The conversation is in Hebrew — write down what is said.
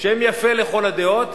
שם יפה לכל הדעות.